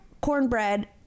cornbread